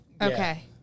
Okay